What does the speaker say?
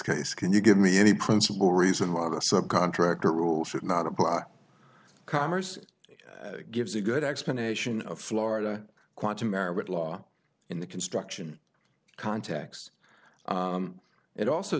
case can you give me any principle reason why the subcontractor rule should not apply commerce gives a good explanation of florida quantum merit law in the construction context it also